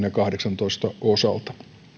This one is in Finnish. ja kaksituhattakahdeksantoista osalta